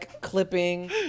clipping